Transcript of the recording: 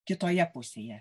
kitoje pusėje